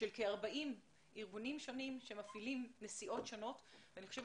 של כ-40 ארגונים שונים שמפעילים נסיעות שונות ואני חושבת